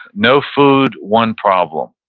no food, one problem.